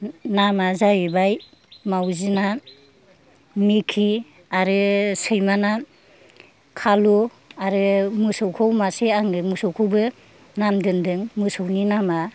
नामा जाहैबाय मावजि ना मेखि आरो सैमाना खालु आरो मोसौखौ मासे आङो मोसौखौबो नाम दोन्दों मोसौनि नामा मेना